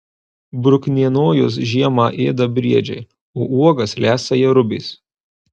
bruknienojus žiemą ėda briedžiai o uogas lesa jerubės